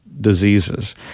diseases